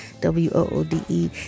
W-O-O-D-E